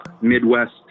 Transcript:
Midwest